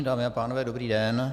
Dámy a pánové, dobrý den.